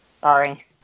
Sorry